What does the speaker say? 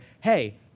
hey